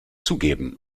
zugeben